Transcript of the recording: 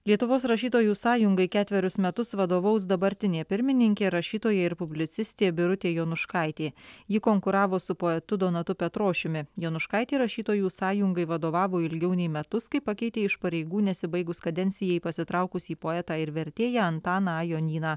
lietuvos rašytojų sąjungai ketverius metus vadovaus dabartinė pirmininkė rašytoja ir publicistė birutė jonuškaitė ji konkuravo su poetu donatu petrošiumi jonuškaitė rašytojų sąjungai vadovavo ilgiau nei metus kai pakeitė iš pareigų nesibaigus kadencijai pasitraukusį poetą ir vertėją antaną a jonyną